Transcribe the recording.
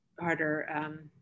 Harder